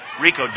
Rico